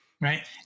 right